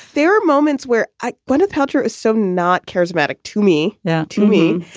there are moments where ah gwyneth paltrow is so not charismatic to me yeah to me.